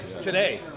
today